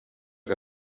que